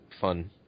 fun